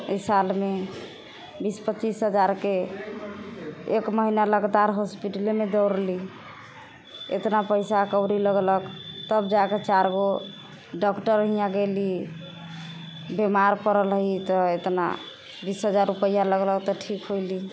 एहि सालमे बीस पच्चीस हजारके एक महिना लगातार होस्पिटले दौड़ली एतना पैसा कौड़ी लगलक तब जाके चारि गो डॉक्टर इहा गेली बीमार पड़ल रही तऽ इतना बीस हजार रूपैआ लगलक तऽ ठीक होयली